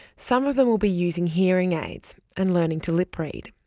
some of them will be using hearing aids and learning to lip read.